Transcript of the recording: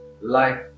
life